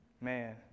man